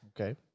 okay